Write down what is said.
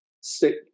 Stick